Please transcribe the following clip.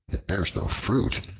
it bears no fruit,